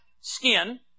skin